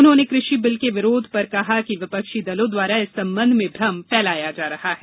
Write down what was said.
उन्होंने कृषि बिल के विरोध पर कहा कि विपक्षी दलों द्वारा इस संबंध में भ्रम फैलाया जा रहा है